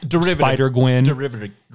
Spider-Gwen